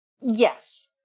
Yes